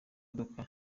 moto